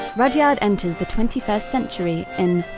rudyard enters the twenty first century in